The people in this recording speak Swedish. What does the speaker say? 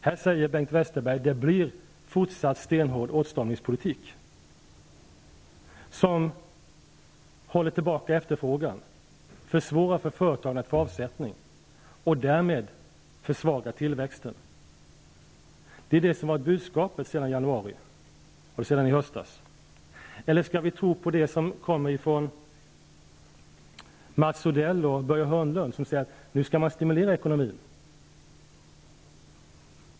Här säger Bengt Westerberg att det blir fortsatt stenhård åtstramningspolitik, som håller tillbaka efterfrågan, försvårar för företagen att få avsättning för sina produkter och därmed försvagar tillväxten. Det är det som har varit budskapet sedan i höstas. Eller skall vi tro på Mats Odell och Börje Hörnlund, som säger att nu skall man stimulera ekonomin?